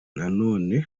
nanone